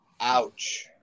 Ouch